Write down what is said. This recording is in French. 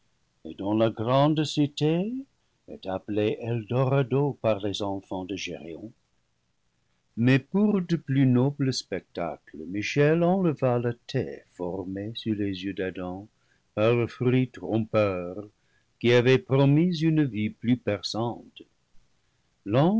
et dont la grande cité est appelée eldorado par les enfants de géryon mais pour de plus nobles spectacles michel enleva la taie formée sur les yeux d'adam par le fruit trompeur qui avait promis une vue plus perçante l'ange